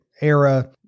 era